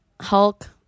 hulk